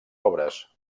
obres